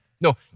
No